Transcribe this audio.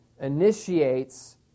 initiates